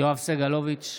סגלוביץ'